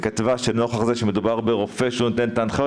היא כתבה שנוכח זה שמדובר ברופא שנותן את ההנחיות